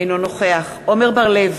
אינו נוכח עמר בר-לב,